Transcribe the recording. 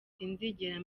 sinzigera